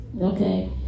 Okay